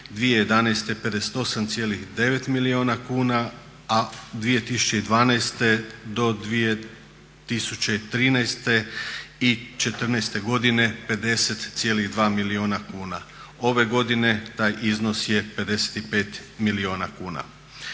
2011. 58,9 milijuna kuna, a 2012. do 2013. i četrnaeste godine 50,2 milijuna kuna. Ove godine taj iznos je 55 milijuna kuna.